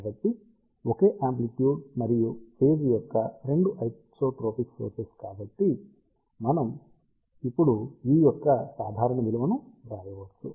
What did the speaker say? కాబట్టి ఒకే యామ్ప్లిట్యుడ్ మరియు ఫేజ్ యొక్క 2 ఐసోట్రోపిక్ సోర్సెస్ కాబట్టి మనం ఇప్పుడు E యొక్క సాధారణ విలువను వ్రాయవచ్చు